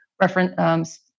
reference